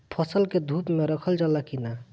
फसल के धुप मे रखल जाला कि न?